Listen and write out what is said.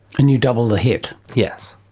and you double the hit. yes.